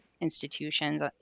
institutions